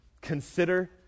Consider